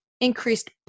increased